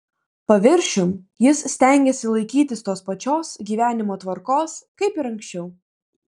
paviršium jis stengėsi laikytis tos pačios gyvenimo tvarkos kaip ir anksčiau